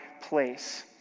place